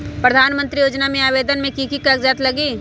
प्रधानमंत्री योजना में आवेदन मे की की कागज़ात लगी?